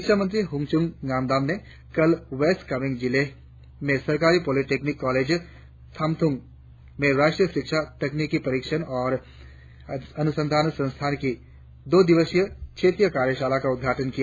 शिक्षामंत्री होनचुन ङानदाम ने कल वेस्ट कामेंग जिले में सरकारी पॉलिटेक्निक कॉलेज तामथ्रंग में राष्ट्रीय शिक्षक तकनीकी प्रशिक्षण और अनुसंधान संस्थान की दो दिवसीय क्षेत्रीय कार्यशाला का उद्घाटन किया